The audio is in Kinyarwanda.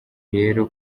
rero